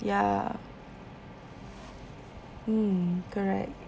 ya mm correct